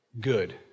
good